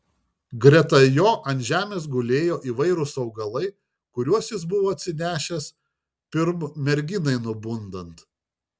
greta jo ant žemės gulėjo įvairūs augalai kuriuos jis buvo atsinešęs pirm merginai nubundant